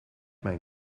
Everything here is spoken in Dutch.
mijn